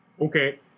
Okay